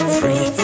free